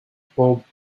pope